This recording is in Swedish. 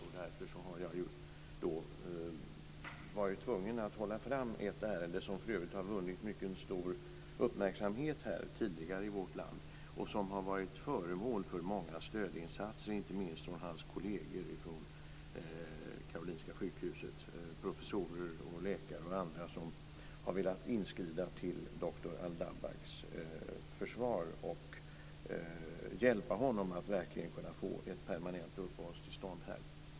Därför har jag varit tvungen att hålla fram ett ärende som för övrigt har vunnit stor uppmärksamhet tidigare i vårt land. Mannen har varit föremål för många stödinsatser, inte minst från sina kolleger från Karolinska sjukhuset - professorer, läkare och andra - som har velat inskrida till doktor Al-Dabbaghs försvar och hjälpa honom att få ett permanent uppehållstillstånd här.